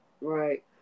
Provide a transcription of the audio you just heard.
right